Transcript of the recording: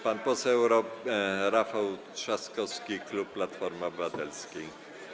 Pan poseł Rafał Trzaskowski, klub Platformy Obywatelskiej.